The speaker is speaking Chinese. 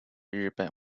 日本